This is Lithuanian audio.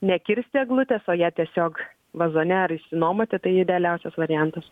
ne kirsti eglutės o ją tiesiog vazone ar išsinuomoti tai idealiausias variantas